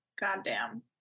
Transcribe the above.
goddamn